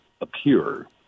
appear